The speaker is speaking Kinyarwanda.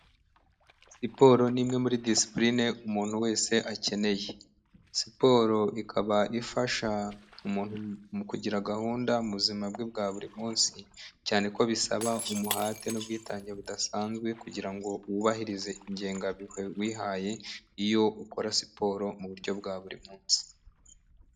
Siporo ni imwe muri disipuline umuntu wese akeneye siporo ikaba ifasha umuntu mu kugira gahunda mu buzima bwe bwa buri munsi cyane ko bisaba umuhate n'ubwitange budasanzwe kugira ngo wubahirize ingengabihe wihaye iyo ukora siporo muburyo bwa buri munsi.